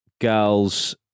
girls